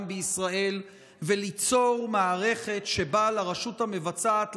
בישראל וליצור מערכת שבה לרשות המבצעת,